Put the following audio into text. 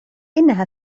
إنها